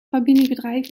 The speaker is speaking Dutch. familiebedrijf